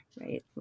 right